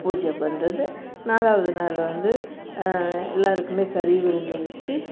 பூஜை பண்ணுறது நாலாவது நாள் வந்து எல்லோருக்குமே கறி விருந்து வச்சு